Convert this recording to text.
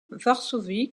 varsovie